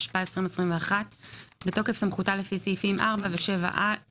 התשפ"א - 2021 בתוקף סמכותה לפי סעיפים 4 ו-7א,